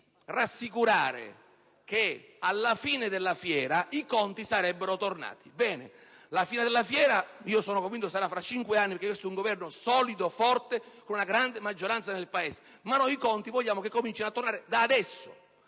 di rassicurare che alla fine della fiera i conti sarebbero tornati. Sono convinto che la fine della fiera sarà tra cinque anni perché questo è un Governo solido e forte con una grande maggioranza nel Paese, ma i conti vogliamo che comincino a tornare da adesso.